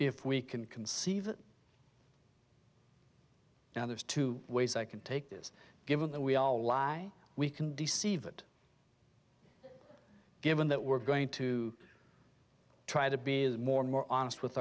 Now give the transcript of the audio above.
if we can conceive now there's two ways i can take this given that we all lie we can deceive it given that we're going to try to be more and more honest with